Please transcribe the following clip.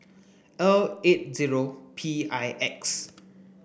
L eight zero P I X